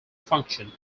function